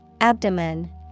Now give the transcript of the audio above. Abdomen